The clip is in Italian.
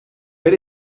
per